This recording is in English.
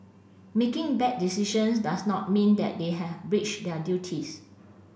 making bad decisions does not mean that they have breached their duties